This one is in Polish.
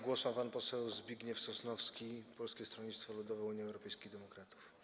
Głos ma pan poseł Zbigniew Sosnowski, Polskie Stronnictwo Ludowe - Unia Europejskich Demokratów.